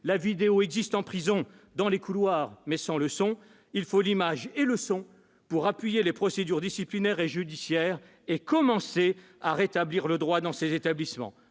La vidéo existe en prison, dans les couloirs, mais sans le son. Il faut l'image et le son pour appuyer les procédures disciplinaires et judiciaires et commencer à rétablir le droit dans ces établissements.